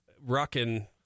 rocking